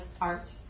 art